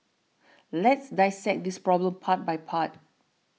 let's dissect this problem part by part